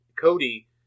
Cody